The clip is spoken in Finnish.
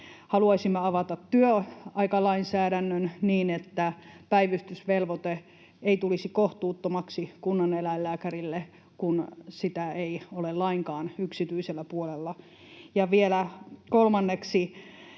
Haluaisimme avata työaikalainsäädännön niin, että päivystysvelvoite ei tulisi kohtuuttomaksi kunnaneläinlääkärille, kun sitä ei ole lainkaan yksityisellä puolella. Ja vielä kolmanneksi